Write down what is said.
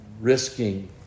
risking